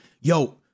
yo